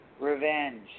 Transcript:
revenge